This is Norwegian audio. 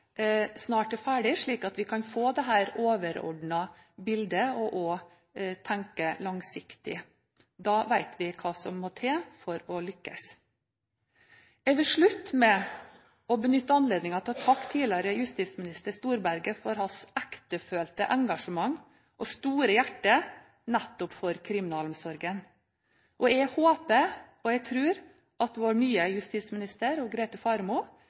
snart er ferdig, slik at vi kan få dette overordnede bildet og kan tenke langsiktig. Da vet vi hva som må til for å lykkes. Jeg vil avslutte med å benytte anledningen til å takke tidligere justisminister Storberget for hans ektefølte engasjement og store hjerte nettopp for kriminalomsorgen. Jeg håper og tror at vår nye justisminister, Grete Faremo,